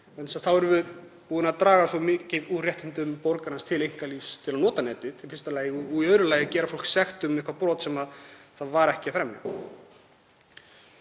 hætti. Þá erum við búin að draga svo mikið úr réttindum borgaranna til einkalífs, til að nota netið í fyrsta lagi og í öðru lagi að gera fólk sekt um eitthvert brot sem það var ekki að fremja.